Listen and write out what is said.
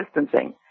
distancing